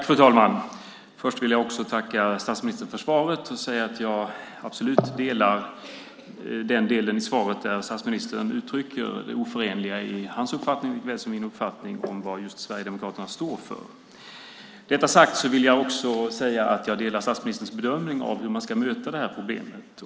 Fru talman! Först vill jag tacka statsministern för svaret och säga att jag absolut delar den del i svaret där statsministern uttrycker det oförenliga i hans uppfattning, det vill säga också min uppfattning, med vad just Sverigedemokraterna står för. Med detta sagt vill jag också säga jag att delar statsministerns bedömning av hur man ska bemöta det här problemet.